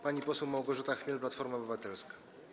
Pani poseł Małgorzata Chmiel, Platforma Obywatelska.